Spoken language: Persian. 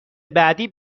بعدی